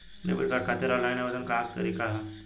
Debit card खातिर online आवेदन के का तरीकि ह?